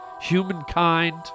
humankind